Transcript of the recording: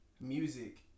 music